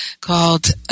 called